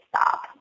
stop